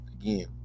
again